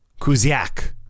Kuziak